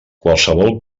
qualsevol